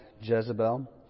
Jezebel